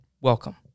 welcome